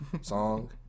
song